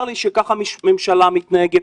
צר לי שככה ממשלה מתנהגת,